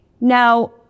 Now